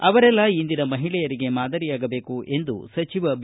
ಅವರೆಲ್ಲ ಇಂದಿನ ಮಹಿಳೆಯರಿಗೆ ಮಾದರಿಯಾಗಬೇಕು ಎಂದು ಸಚಿವ ಬಿ